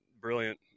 brilliant